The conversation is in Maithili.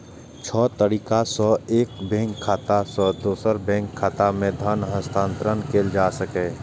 छह तरीका सं एक बैंक खाता सं दोसर बैंक खाता मे धन हस्तांतरण कैल जा सकैए